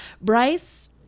Bryce